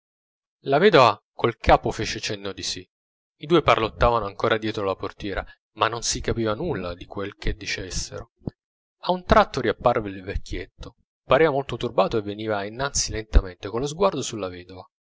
la vedova col capo fece cenno di sì i due parlottavano ancora dietro la portiera ma non si capiva nulla di quel che dicessero a un tratto riapparve il vecchietto pareva molto turbato e veniva innanzi lentamente con lo sguardo sulla vedova